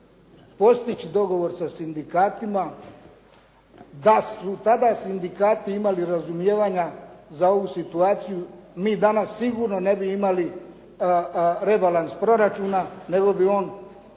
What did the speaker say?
postići dogovor sa sindikatima. Da su tada sindikati imali razumijevanja za ovu situaciju mi danas sigurno ne bi imali rebalans proračuna, nego bi on